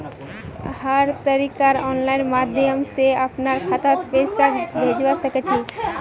हर तरीकार आनलाइन माध्यम से अपनार खातात पैसाक भेजवा सकछी